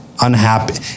Unhappy